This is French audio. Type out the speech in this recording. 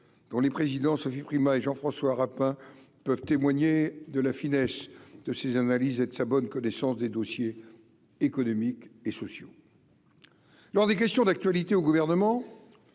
dont les présidents Sophie Primas et Jean-François Rapin peuvent témoigner de la finesse de ses analyses et de sa bonne connaissance des dossiers économiques et sociaux lors des questions d'actualité au gouvernement